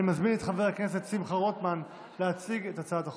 אני מזמין את חבר הכנסת שמחה רוטמן להציג את הצעת החוק.